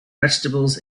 vegetables